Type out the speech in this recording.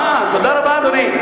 אה, תודה רבה, אדוני.